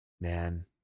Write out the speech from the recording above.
Man